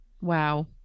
wow